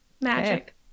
magic